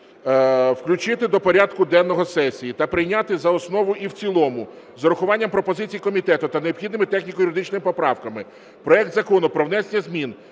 включити до порядку денного сесії та прийняти за основу і в цілому з урахуванням пропозицій комітету та необхідними техніко-юридичними поправками проект Закону про внесення змін